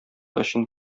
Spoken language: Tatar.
өчен